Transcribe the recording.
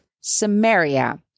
Samaria